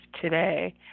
today